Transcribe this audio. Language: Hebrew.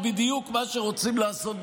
הבעיה היא לא שאין שופטים.